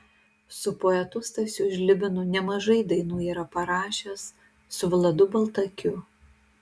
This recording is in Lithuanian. su poetu stasiu žlibinu nemažai dainų yra parašęs su vladu baltakiu